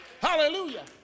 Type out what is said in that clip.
Hallelujah